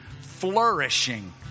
flourishing